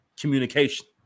communication